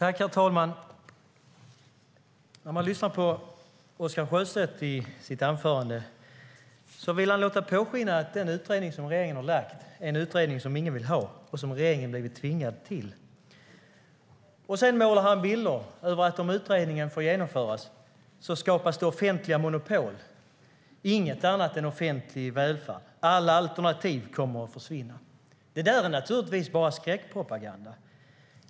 Herr talman! Oscar Sjöstedt vill påskina att den utredning som regeringen har tillsatt är en utredning som ingen vill ha och som regeringen har blivit tvingad till. Sedan målar han villor över att det skapas offentliga monopol om utredningen får genomföras. Det blir inget annat än offentlig välfärd, och alla alternativ kommer att försvinna. Det är naturligtvis bara skräckpropaganda.